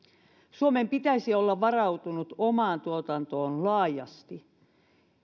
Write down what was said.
suomen pitäisi olla varautunut omaan tuotantoon laajasti